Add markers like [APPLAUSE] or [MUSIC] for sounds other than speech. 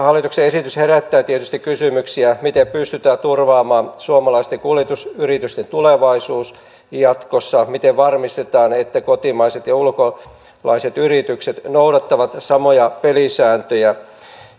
[UNINTELLIGIBLE] hallituksen esitys herättää tietysti kysymyksiä miten pystytään turvaamaan suomalaisten kuljetusyritysten tulevaisuus jatkossa miten varmistetaan että kotimaiset ja ulkolaiset yritykset noudattavat samoja pelisääntöjä